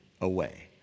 away